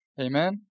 Amen